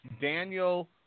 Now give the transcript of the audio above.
Daniel